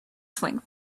swing